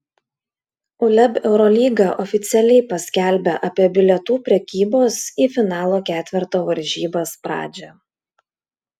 uleb eurolyga oficialiai paskelbė apie bilietų prekybos į finalo ketverto varžybas pradžią